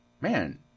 Man